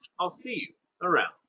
i'll see you around.